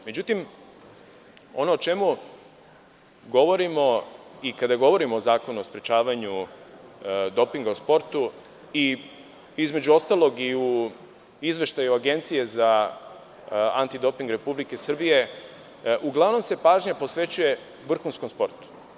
Međutim, ono o čemu govorimo i kada govorimo o Zakonu o sprečavanju dopinga u sportu i između ostalog i u Izveštaju Agencije za antidoping Republike Srbije, uglavnom se pažnja posvećuje vrhunskom sportu.